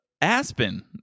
Aspen